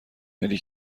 ملی